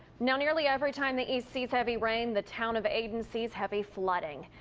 nearly every time the east sees heavy rain. the town of ayden sees heavy flooding.